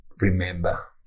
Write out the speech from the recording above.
remember